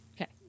Okay